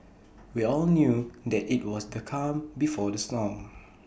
we all knew that IT was the calm before the storm